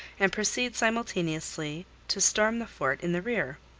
and proceed simultaneously to storm the fort in the rear.